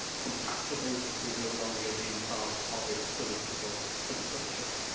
compatible with no longer being part of its political construction.